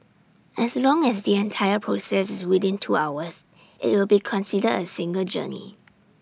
as long as the entire process is within two hours IT will be considered A single journey